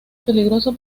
peligroso